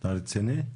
אתה רציני?